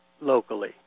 locally